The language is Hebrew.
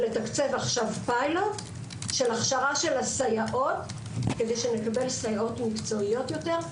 לתקצב פיילוט של הכשרת סייעות כדי שנקבל סייעות מקצועיות יותר,